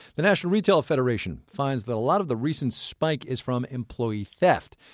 the national retail federation finds that a lot of the recent spike is from employee theft.